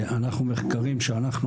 ממחקרים עצמאיים שאנחנו